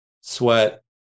sweat